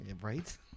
Right